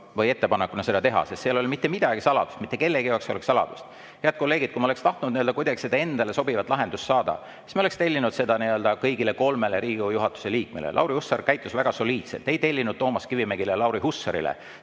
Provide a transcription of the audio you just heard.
esimehele seda teha, sest seal ei ole mitte mingit saladust, mitte kellegi jaoks saladust. Head kolleegid, kui me oleks tahtnud kuidagi mingit endale sobivat lahendust saada, siis me ei oleks tellinud seda kõigile kolmele Riigikogu juhatuse liikmele. Lauri Hussar käitus väga soliidselt, ei tellinud Toomas Kivimägile ja Lauri Hussarile